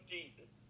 Jesus